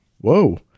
Whoa